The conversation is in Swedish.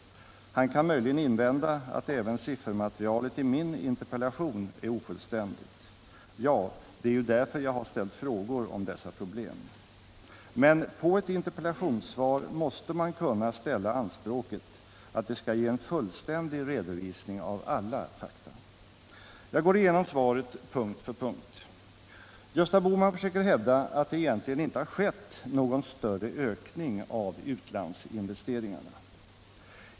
Han kan möjligen invända att även siffermaterialet i min interpellation är ofullständigt. Ja, det är ju därför jag har ställt frågor om dessa problem. Men på ett interpellationssvar måste man kunna ställa anspråket att det skall ge en fullständig redovisning av alla fakta. Jag går igenom svaret punkt för punkt. Gösta Bohman försöker hävda att det egentligen inte har skett någon större ökning av utlandsinvesteringarna.